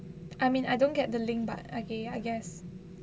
I mean I don't get the link but okay I guess